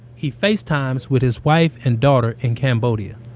he facetimes with his wife and daughter in cambodia.